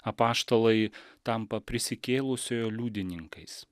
apaštalai tampa prisikėlusiojo liudininkais